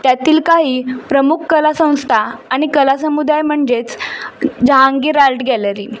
त्यातील काही प्रमुख कला संस्था आणि कलासमुदाय म्हणजेच जहांगीर आर्ट गॅलरी